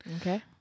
Okay